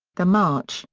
the march,